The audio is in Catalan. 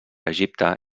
egipte